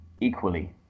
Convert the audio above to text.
equally